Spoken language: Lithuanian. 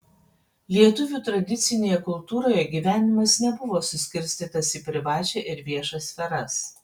lietuvių tradicinėje kultūroje gyvenimas nebuvo suskirstytas į privačią ir viešą sferas